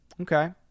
Okay